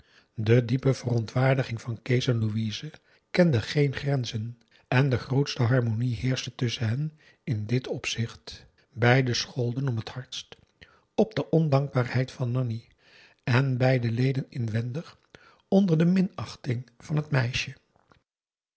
de diepe verontwaardiging van kees en louise kende geen grenzen en de grootste harmonie heerschte tusschen hen in dit opzicht beiden scholden om het hardst op de ondankbaarheid van nanni en beiden leden inwendig onder de minachting van het meisje